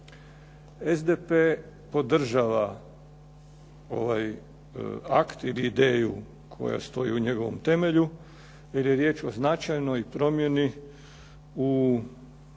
SDP podržava ovaj akt ili ideju koja stoji u njegovom temelju jer je riječ o značajnoj promjeni u